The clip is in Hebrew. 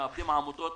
מאבדים עמותות,